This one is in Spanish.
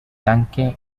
tanque